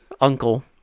uncle